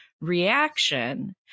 reaction